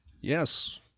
Yes